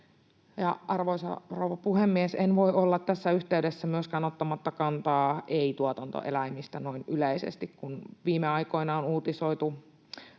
Arvoisa rouva puhemies! En voi tässä yhteydessä myöskään olla ottamatta kantaa ei-tuotantoeläimiin noin yleisesti, kun viime aikoina on uutisoitu